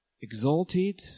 exalted